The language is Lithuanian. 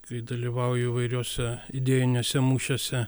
kai dalyvauju įvairiuose idėjiniuose mūšiuose